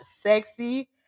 sexy